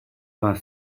vingt